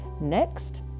Next